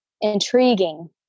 intriguing